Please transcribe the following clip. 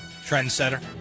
Trendsetter